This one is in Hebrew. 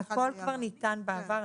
הכול כבר ניתן בעבר.